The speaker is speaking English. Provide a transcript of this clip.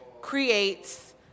creates